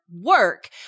work